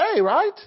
right